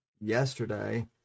yesterday